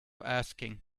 asking